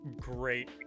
Great